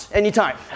anytime